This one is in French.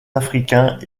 africains